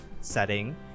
setting